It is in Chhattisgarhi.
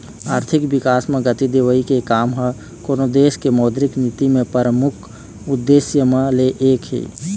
आरथिक बिकास म गति देवई के काम ह कोनो देश के मौद्रिक नीति के परमुख उद्देश्य म ले एक हे